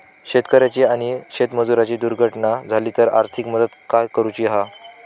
शेतकऱ्याची आणि शेतमजुराची दुर्घटना झाली तर आर्थिक मदत काय करूची हा?